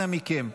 אנא מכם.